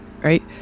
right